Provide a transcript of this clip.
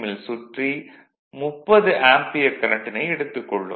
ல் சுற்றி 30 ஆம்பியர் கரண்ட்டினை எடுத்துக் கொள்ளும்